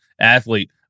athlete